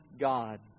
God